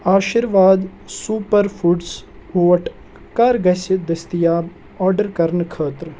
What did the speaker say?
آشِرواد super foods oat کَر گژھِ دٔستیاب آرڈر کرنہٕ خٲطرٕ؟